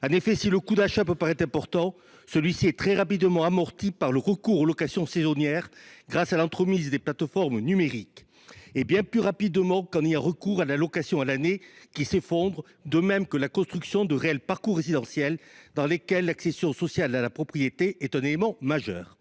En effet, si le coût d’achat peut paraître important, il est très rapidement amorti par le recours aux locations saisonnières, grâce à l’entremise des plateformes numériques, bien plus rapidement qu’en ayant recours à la location à l’année, qui s’effondre, ou à la construction d’un réel parcours résidentiel, dont l’accession sociale à la propriété est un élément majeur.